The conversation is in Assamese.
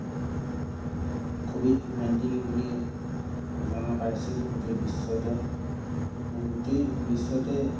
ক'ভিড নাইণ্টিন বুলি জনা পাই আছিলোঁ গোটেই বিশ্বতে গোটেই বিশ্বতে